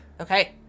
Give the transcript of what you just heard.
Okay